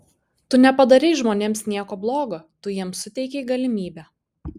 tu nepadarei žmonėms nieko blogo tu jiems suteikei galimybę